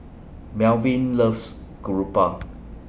Melvin loves Garoupa